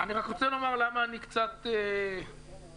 רוצה לומר למה אני קצת מתוסכל.